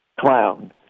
clown